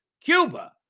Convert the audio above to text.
Cuba